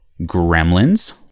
gremlins